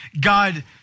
God